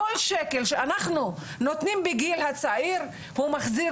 כל שקל שאנחנו נותנים בגיל הצעיר הוא מחזיר